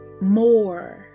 more